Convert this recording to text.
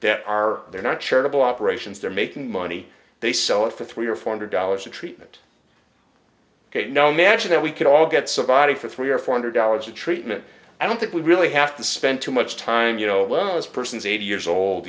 that are they're not charitable operations they're making money they sell it for three or four hundred dollars a treatment ok no matter that we could all get somebody for three or four hundred dollars a treatment i don't think we really have to spend too much time you know well as persons eighty years old